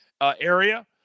area